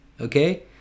okay